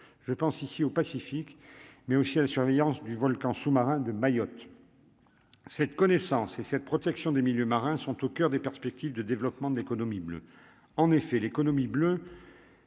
je pense ici au Pacifique, mais aussi à la surveillance du volcan sous-marin de Mayotte, cette connaissance et cette protection des milieux marins sont au coeur des perspectives de développement de l'économie bleue en effet l'économie bleue.